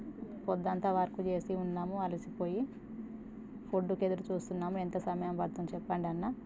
పొద్దు అంతా వర్క్ చేసి ఉన్నాము ఆలిసిపోయి ఫుడ్కి ఎదురు చూస్తున్నాము ఎంత సమయం పడుతుందో చెప్పండి అన్న